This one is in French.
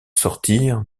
sortir